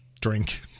Drink